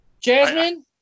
Jasmine